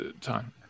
time